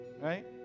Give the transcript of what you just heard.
Right